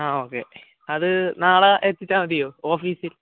ആ ഓക്കെ അത് നാളെ എത്തിച്ചാൽ മതിയോ ഓഫീസിൽ